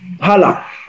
Hala